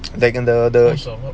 like in the the